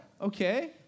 okay